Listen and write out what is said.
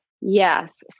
Yes